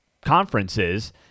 conferences